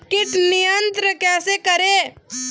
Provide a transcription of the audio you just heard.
कीट नियंत्रण कैसे करें?